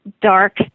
Dark